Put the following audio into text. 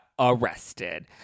arrested